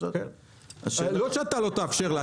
לא שאתה לא תאפשר לה.